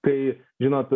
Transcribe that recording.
kai žinot